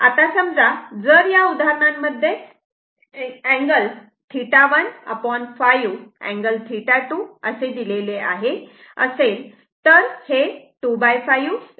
आता समजा जर या उदाहरणांमध्ये 2 अँगल 1 5 अँगल 2 असे दिले असेल तर हे ⅖ 0